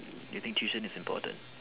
do you think tuition is important